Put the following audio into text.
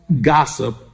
gossip